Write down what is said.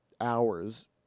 hours